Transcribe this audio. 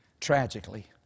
tragically